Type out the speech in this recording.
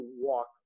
walk